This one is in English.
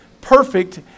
Perfect